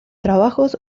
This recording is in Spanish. trabajos